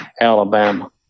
Alabama